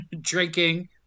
drinking